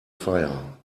fire